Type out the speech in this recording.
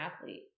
athlete